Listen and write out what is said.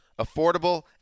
affordable